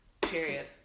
Period